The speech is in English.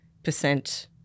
percent